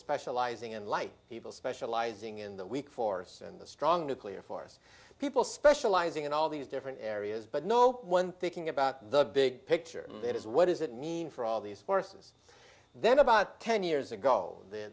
specializing in light people specializing in the weak force and the strong nuclear force people specializing in all these different areas but no one thinking the big picture it is what does it mean for all these forces then about ten years ago